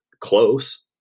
close